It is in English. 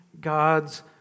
God's